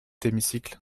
hémicycle